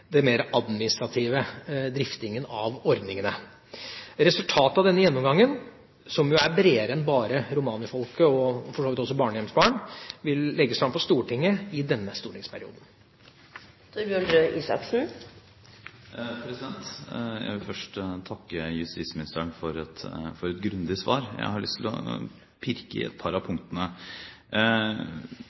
det mer administrative, dvs. driftingen av ordningen. Resultatet av denne gjennomgangen, som går bredere enn bare å dreie seg om romfolket og for så vidt også barnehjemsbarn, vil legges fram for Stortinget i denne stortingsperioden. Jeg vil først takke justisministeren for et grundig svar. Jeg har lyst til å pirke i et par av punktene.